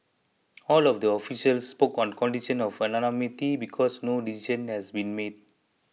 all of the officials spoke on condition of anonymity because no decision has been made